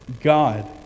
God